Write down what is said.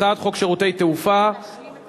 הצעת חוק שירותי תעופה (פיצוי וסיוע בשל ביטול טיסה